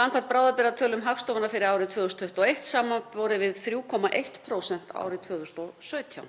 samkvæmt bráðabirgðatölum Hagstofunnar fyrir árið 2021, samanborið við 3,1% árið 2017.